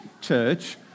church